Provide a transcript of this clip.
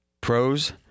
Pros